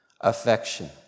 Affection